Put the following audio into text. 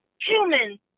human